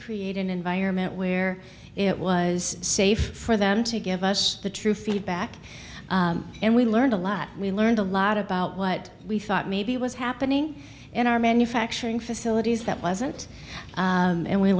create an environment where it was safe for them to give us the true feedback and we learned a lot we learned a lot about what we thought maybe it was happening in our manufacturing facilities that wasn't and we